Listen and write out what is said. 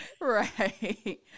Right